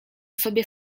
sobie